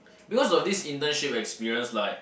because of this internship experience like